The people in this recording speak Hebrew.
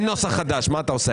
אין נוסח חדש, מה אתה עושה?